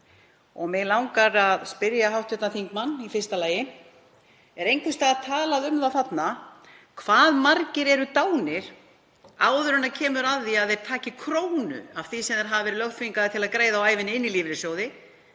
og mig langar að spyrja hv. þingmann í fyrsta lagi: Er einhvers staðar talað um það þarna hvað margir eru dánir áður en kemur að því að þeir taki krónu af því sem þeir hafa verið lögþvingaðir til að greiða á ævinni inn í lífeyrissjóði?